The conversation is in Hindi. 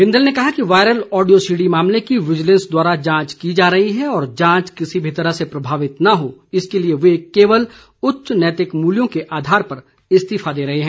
बिंदल ने कहा कि वायरल ओडियो सीडी मामले की विजिलेंस द्वारा जांच की जा रही है और जांच किसी भी तरह से प्रभावित न हो इसके लिए वे केवल उच्च नैतिक मूल्यों के आधार पर इस्तीफा दे रहे हैं